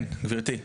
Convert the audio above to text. כן, גברתי.